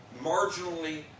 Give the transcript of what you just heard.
marginally